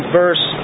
verse